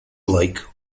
like